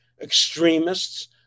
extremists